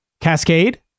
Cascade